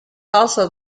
also